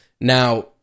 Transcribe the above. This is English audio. Now